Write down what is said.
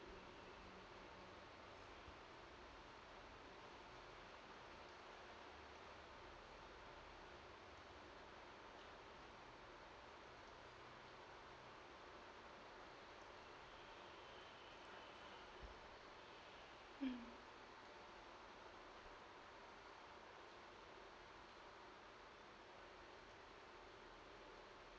mm